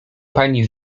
pani